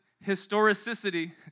historicity